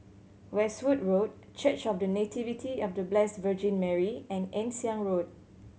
Westwood Road Church of The Nativity of The Blessed Virgin Mary and Ann Siang Road